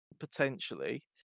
potentially